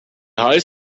high